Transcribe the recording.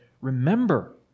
Remember